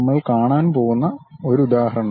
നമ്മൾ കാണാൻ പോകുന്ന ഒരു ഉദാഹരണം